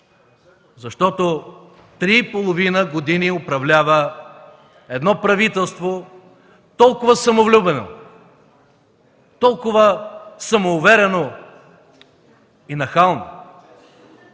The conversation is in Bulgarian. защото три и половина години управлява едно правителство толкова самовлюбено, толкова самоуверено и нахално,